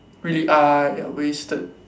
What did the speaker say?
really !aiya! wasted